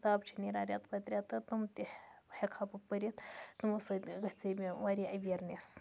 کِتاب چھِ نیران رٮ۪تہٕ پَتہٕ رٮ۪تہٕ تِم تہِ ہیٚکہٕ ہا بہٕ پٔرِتھ تِمو سۭتۍ گژھِ ہا مےٚ واریاہ ایٚوِیَرنٮ۪س